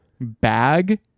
bag